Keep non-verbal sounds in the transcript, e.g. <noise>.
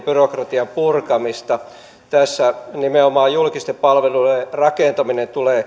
<unintelligible> byrokratian purkamista tässä nimenomaan julkisten palveluiden rakentaminen tulee <unintelligible>